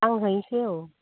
आं हैनोसै औ